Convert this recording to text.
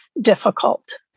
difficult